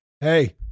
Hey